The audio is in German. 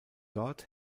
dort